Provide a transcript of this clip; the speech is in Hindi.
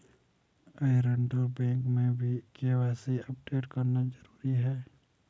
एयरटेल बैंक में भी के.वाई.सी अपडेट करना जरूरी है